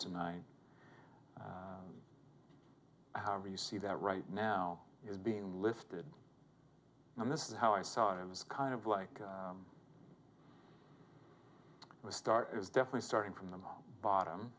tonight however you see that right now is being listed and this is how i saw it it was kind of like the star is definitely starting from the bottom